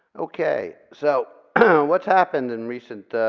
okay, so what's happened in recent